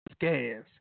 gas